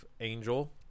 angel